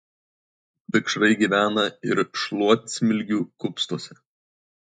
vikšrai gyvena ir šluotsmilgių kupstuose